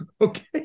Okay